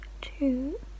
two